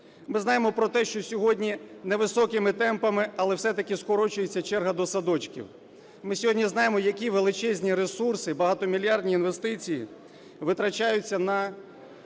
Ми знаємо про те, що сьогодні не високими темпами, але все-таки скорочується черга до садочків, ми сьогодні знаємо, які величезні ресурси, багатомільярдні інвестиції витрачаються на